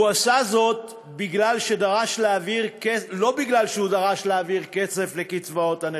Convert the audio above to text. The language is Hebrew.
הוא עשה זאת לא מפני שהוא דרש להעביר כסף לקצבאות הנכים,